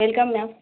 welcome ma'am